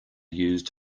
used